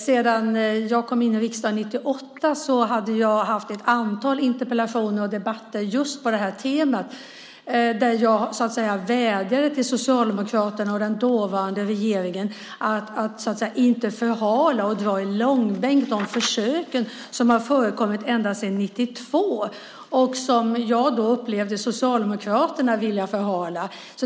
Sedan jag kom in i riksdagen 1998 hade jag ett antal interpellationer och debatter just på det här temat där jag vädjade till Socialdemokraterna och den dåvarande regeringen att inte förhala och dra i långbänk de försök som förekommit ända sedan 1992 och som jag då upplevde att Socialdemokraterna ville förhala.